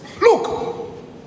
Look